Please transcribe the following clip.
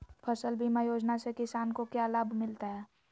फसल बीमा योजना से किसान को क्या लाभ मिलता है?